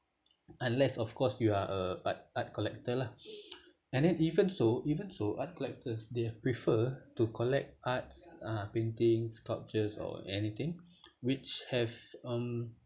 unless of course you are a ar~ art collector lah and then even so even so art collectors they are prefer to collect arts uh paintings sculptures or anything which have um